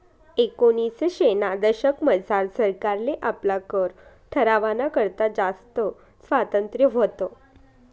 एकोनिसशेना दशकमझार सरकारले आपला कर ठरावाना करता जास्त स्वातंत्र्य व्हतं